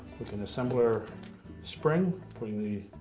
we can assemble our spring, putting the